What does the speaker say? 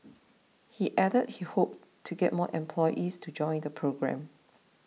he added that he hoped to get more employees to join the programme